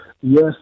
Yes